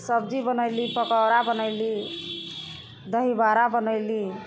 सब्जी बनैली पकौड़ा बनैली दही बाड़ा बनैली